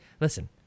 listen